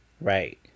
right